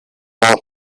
out